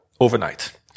overnight